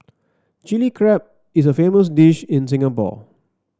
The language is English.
Chilli Crab is a famous dish in Singapore